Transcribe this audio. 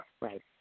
Right